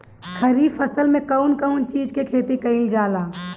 खरीफ फसल मे कउन कउन चीज के खेती कईल जाला?